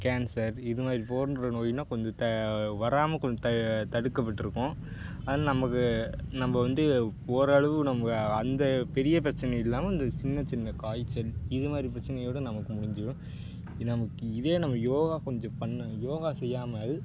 cancer இது மாதிரி போன்ற நோய்னால் கொஞ்சம் த வராமல் கொஞ்சம் த தடுக்க விட்டிருக்கும் அதில் நமக்கு நம்ம வந்து ஓரளவு நம்ம அந்த பெரிய பிரச்சனை இல்லாமல் இந்த சின்ன சின்ன காய்ச்சல் இதுமாதிரி பிரச்சனையோட நமக்கு முடிஞ்சிடும் இது நமக்கு இதே நம்ம யோகா கொஞ்சம் பண்ண யோகா செய்யாமல்